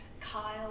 Kyle